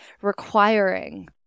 requiring